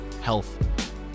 health